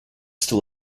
still